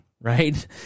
right